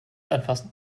anfassen